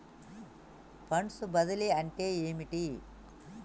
Funds బదిలీ అంటే ఏమిటి?